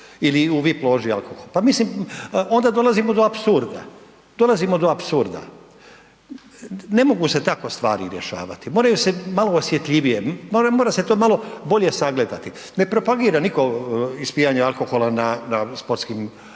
ili u vip loži alkohol, pa mislim onda dolazimo do apsurda, dolazimo do apsurda, ne mogu se tako stvari rješavati, moraju se malo osjetljivije, mora, mora se to malo bolje sagledati, ne propagira niko ispijanje alkohola na, na sportskim